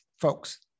Folks